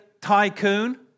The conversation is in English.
tycoon